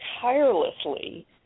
tirelessly